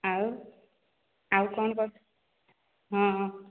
ଆଉ ଆଉ କ'ଣ କରୁଥିଲୁ ହଁ